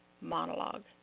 monologue